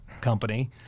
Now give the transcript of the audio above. company